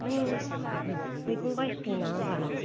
नों मैगं बायसयो नामा बाल